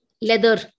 leather